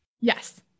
Yes